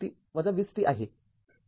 तर मुळात ०